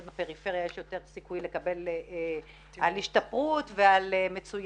בפריפריה יש יותר סיכוי לקבל תמרוצים כספיים בגין השתפרות ומצוינות,